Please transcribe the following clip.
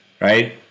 right